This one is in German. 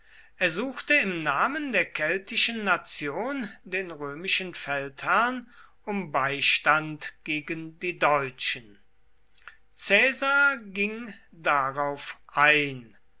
ersuchte im namen der keltischen nation den römischen feldherrn um beistand gegen die deutschen caesar ging darauf ein